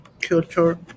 culture